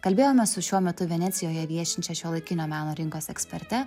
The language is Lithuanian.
kalbėjomės su šiuo metu venecijoje viešinčia šiuolaikinio meno rinkos eksperte